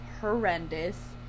horrendous